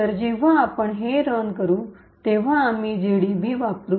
तर जेव्हा आपण हे रन करू तेव्हा आम्ही जीडीबी वापरू